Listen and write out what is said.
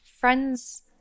friends